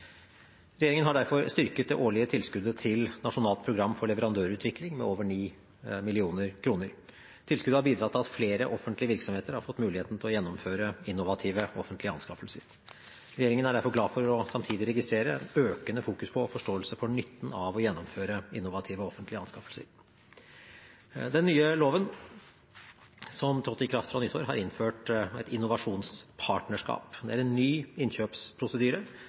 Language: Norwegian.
Regjeringen har derfor styrket det årlige tilskuddet til Nasjonalt program for leverandørutvikling med over 9 mill. kr. Tilskuddet har bidratt til at flere offentlige virksomheter har fått muligheten til å gjennomføre innovative offentlige anskaffelser. Regjeringen er derfor glad for samtidig å registrere et økende fokus på og forståelse for nytten av å gjennomføre innovative offentlige anskaffelser. Med den nye loven som trådte i kraft fra nyttår, har man innført innovasjonspartnerskap. Dette er en ny innkjøpsprosedyre